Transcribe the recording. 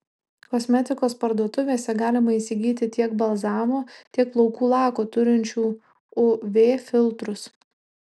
kosmetikos parduotuvėse galima įsigyti tiek balzamo tiek plaukų lako turinčių uv filtrus